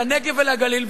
לנגב ולגליל,